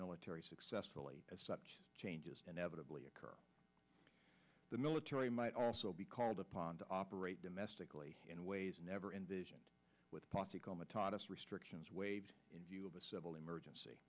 military successfully as such changes inevitably occur the military might also be called upon to operate domestically in ways never envisioned with posse comitatus restrictions waived in view of a civil emergency